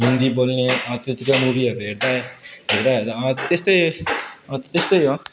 हिन्दी बोल्ने त्यतिका मुभीहरू हेर्दा हेर्दा हेर्दा त्यस्तै त्यस्तै